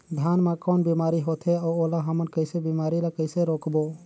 धान मा कौन बीमारी होथे अउ ओला हमन कइसे बीमारी ला कइसे रोकबो?